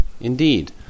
Indeed